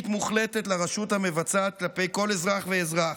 מוחלטת לרשות המבצעת כלפי כל אזרח ואזרח,